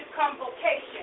convocation